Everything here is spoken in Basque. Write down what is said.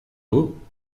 dugu